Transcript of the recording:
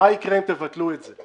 מה יקרה אם תבטלו את זה.